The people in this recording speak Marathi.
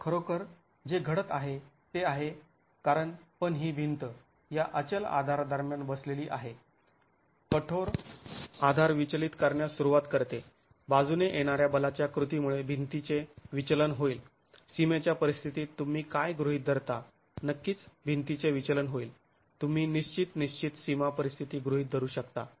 तर खरोखर जे घडत आहे ते आहे कारण पण ही भिंत या अचल आधारादरम्यान बसलेली आहे कठोर आधार विचलित करण्यास सुरुवात करते बाजूने येणाऱ्या बलाच्या कृतीमुळे भिंतीचे विचलन होईल सीमेच्या परिस्थितीत तुम्ही काय गृहीत धरता नक्कीच भिंतीचे विचलन होईल तुम्ही निश्चित निश्चित सीमा परिस्थिती गृहीत धरू शकता